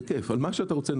נדבר על מה שאתה רוצה.